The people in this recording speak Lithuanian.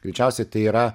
greičiausiai tai yra